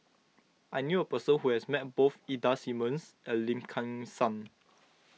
I knew a person who has met both Ida Simmons and Lim Kim San